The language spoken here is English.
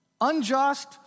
unjust